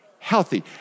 healthy